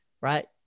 right